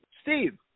Steve